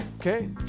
okay